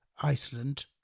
Iceland